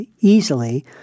easily